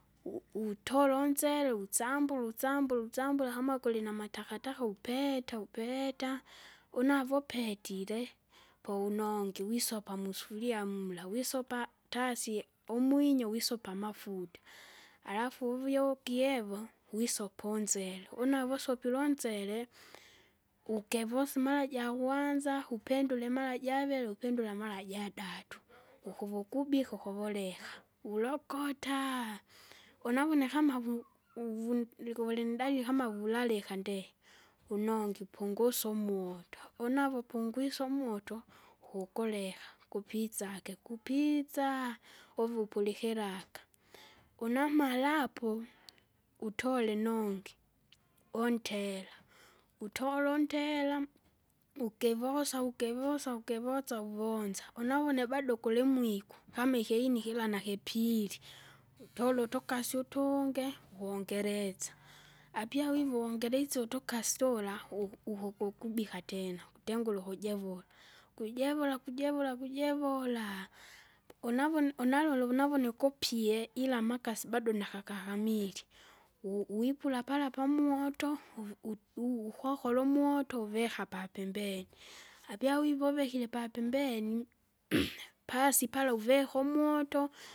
U- utola unsele usambula usambula usambula kama guli namatakataka upeta upeta, unavo upetire, po unongi wisopa musufuria mula wisopa tasi, umwinyo wisopa amafuta. Alafu uvio ukihevo, wisopa unzere, unavo usopile unzere, ukevosi mara jakwanza, upendule mara javiri, upendule mara jadatu. Ukuva ukubike ukuvoleka, ulokota, unavune kama vu- uvu likuvindali kama vulalika ndee unongi upunguse umoto. Unavo upungwise umoto, ukukoleka, gupitsake kupiitsa uvupulikilaka. Unamalapo, utole inongi, untela, utole untela, ukivosa ukivosa ukivosa uvonza, unavune bado kulimwiko, kama ikyaini kiva nakipile, utole utukasi utunge, uvongeresa, apiawivo uvongerisye utukasi tura uvu- uhu- ukubika tena kutengura ukujevola. Kwijevola kwijevola kwijevoola, unavone unalola unavone ukupie ila amakasi bado nakakahamiri. U- uwipula pala pamuoto, uvi- u- ukokola umuoto uvika papembeni. Apya wivovekire papembeni, pasi pala uveka umoto.